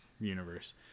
universe